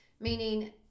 Meaning